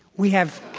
we have